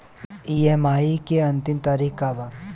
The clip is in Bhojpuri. ई.एम.आई के अंतिम तारीख का बा?